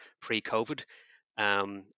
pre-COVID